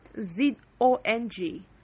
Z-O-N-G